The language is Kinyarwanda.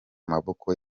maboko